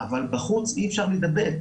אבל בחוץ אי אפשר להידבק.